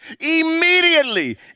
immediately